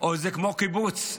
או כמו קיבוץ,